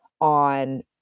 on